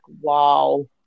wow